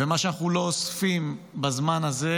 ומה שאנחנו לא אוספים בזמן הזה,